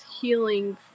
healing